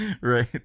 Right